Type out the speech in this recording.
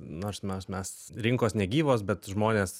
nors mes mes rinkos negyvos bet žmonės